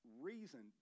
reason